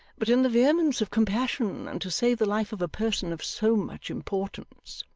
but in the vehemence of compassion, and to save the life of a person of so much importance